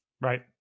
right